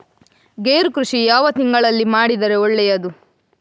ಗೇರು ಕೃಷಿ ಯಾವ ತಿಂಗಳಲ್ಲಿ ಮಾಡಿದರೆ ಒಳ್ಳೆಯದು?